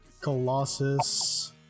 Colossus